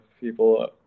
people